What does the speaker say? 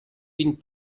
vint